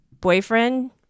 boyfriend